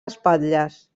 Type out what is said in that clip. espatlles